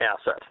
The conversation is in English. asset